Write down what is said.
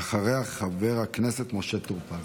ואחריה, חבר הכנסת משה טור פז.